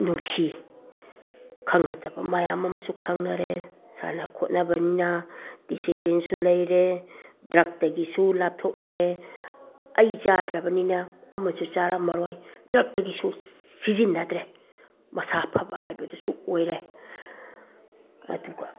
ꯅꯨꯡꯁꯤ ꯈꯪꯅꯗꯕ ꯃꯌꯥꯝ ꯑꯃꯁꯨ ꯈꯪꯅꯔꯦ ꯁꯥꯟꯅ ꯈꯣꯠꯅꯕꯅꯤꯅ ꯗꯤꯁꯤꯄ꯭ꯂꯤꯟꯁꯨ ꯂꯩꯔꯦ ꯗ꯭ꯔꯒꯇꯒꯤꯁꯨ ꯂꯥꯞꯊꯣꯛꯅꯔꯦ ꯑꯩ ꯆꯥꯗ꯭ꯔꯕꯅꯤꯅ ꯑꯃꯁꯨ ꯆꯥꯔꯝꯂꯔꯣꯏ ꯗ꯭ꯔꯒꯇꯒꯤꯁꯨ ꯁꯤꯖꯤꯟꯅꯗ꯭ꯔꯦ ꯃꯁꯥ ꯐꯕ ꯍꯥꯏꯕꯗꯨꯁꯨ ꯑꯣꯏꯔꯦ ꯑꯗꯨꯒ